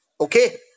Okay